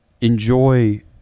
enjoy